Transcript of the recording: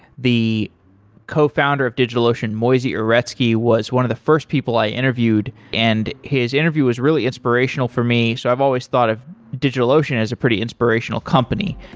the cofounder of digitalocean, moisey uretsky, was one of the first people i interviewed, and his interview was really inspirational for me. so i've always thought of digitalocean as a pretty inspirational company.